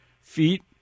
feet